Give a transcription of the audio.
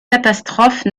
catastrophes